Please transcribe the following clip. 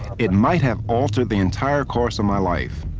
it might have altered the entire course of my life.